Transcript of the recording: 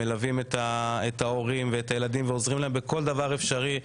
שמלווים את ההורים ואת הילדים ועוזרים להם בכל דבר אפשרי.